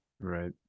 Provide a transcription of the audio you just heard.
right